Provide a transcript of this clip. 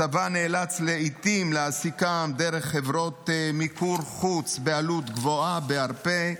הצבא נאלץ לעיתים להעסיקם דרך חברות מיקור-חוץ בעלות גבוהה בהרבה,